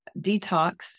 detox